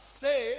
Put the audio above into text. say